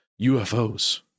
UFOs